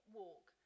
walk